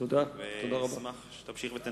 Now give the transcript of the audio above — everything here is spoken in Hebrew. תודה, אדוני.